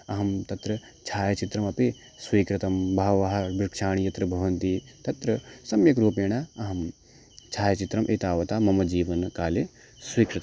अहं तत्र छायाचित्रमपि स्वीकृतं बहवः वृक्षाः यत्र भवन्ति तत्र सम्यक् रूपेण अहं छायचित्रम् एतावत् मम जीवनकाले स्वीकृतम्